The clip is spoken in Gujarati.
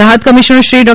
રાહત કમિશનર શ્રી ડો